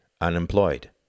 unemployed